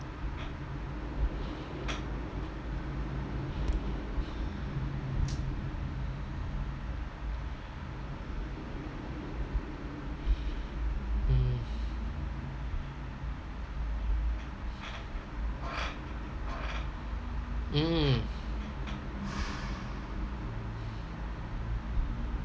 mm mm